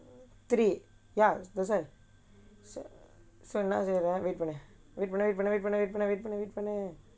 three ya that's why wait பண்ணு:pannu wait பண்ணு:pannu wait பண்ணு:pannu wait பண்ணு:pannu